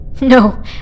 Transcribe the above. No